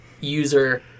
user